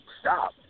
stop